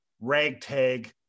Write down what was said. ragtag